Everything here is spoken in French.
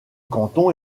canton